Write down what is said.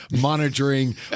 monitoring